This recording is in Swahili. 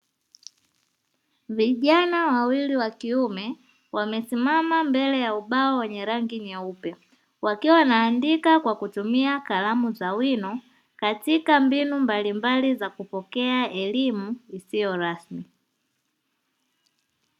Vijana wawili wa kiume wamesimama mbele ya ubao wenye rangi nyeupe wakiwa wanaandika kwa kutumia kalamu za wino katika mbinu mbalimbali za kupokea elimu isiyo rasmi.